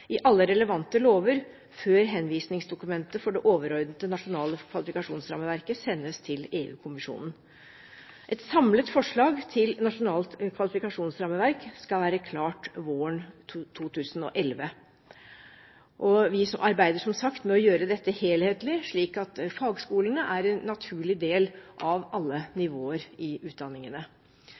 i alle relevante lover før henvisningsdokumentet for det overordnede nasjonale kvalifikasjonsrammeverket sendes til EU-kommisjonen. Et samlet forslag til nasjonalt kvalifikasjonsrammeverk skal være klart våren 2011. Vi arbeider som sagt med å gjøre dette helhetlig, slik at fagskolene er en naturlig del av alle nivåer i utdanningene.